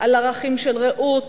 על ערכים של רעות,